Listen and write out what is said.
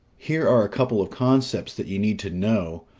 here are a couple of concepts that you need to know,